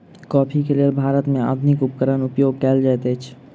coffee के लेल भारत में आधुनिक उपकरण उपयोग कएल जाइत अछि